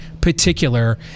particular